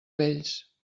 vells